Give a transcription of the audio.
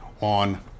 on